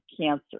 cancer